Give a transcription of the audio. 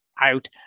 out